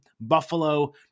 Buffalo